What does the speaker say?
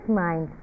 mind